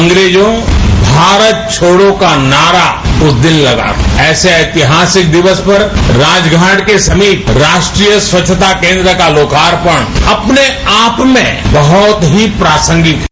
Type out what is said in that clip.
अंग्रेज भारत छोड़ों का नारा ऐसे ऐतिहासिक दिवस पर राजघाट के समीप राष्ट्रीय स्वच्छता केन्द्र का लोकार्पण अपने आप में बहुत ही प्रासांगिक है